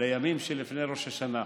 לימים שלפני ראש השנה.